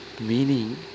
meaning